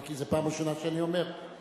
כי זו פעם ראשונה שאני אומר,